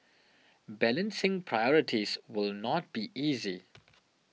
balancing priorities will not be easy